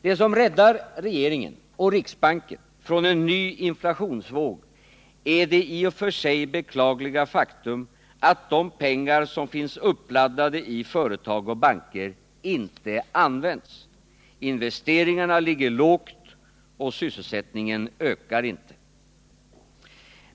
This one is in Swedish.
Det som räddar regeringen och riksbanken från en ny inflationsvåg är det i och för sig beklagliga faktum att de pengar som finns uppladdade i företag och banker inte används. Investeringarna ligger lågt, och sysselsättningen ökar inte.